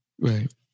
right